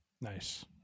Nice